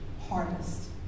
harvest